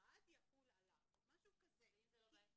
נפרד --- ואם זה לא בית פרטי?